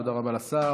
תודה רבה לשר.